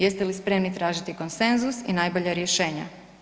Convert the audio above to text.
Jeste li spremni tražiti konsenzus i najbolja rješenja?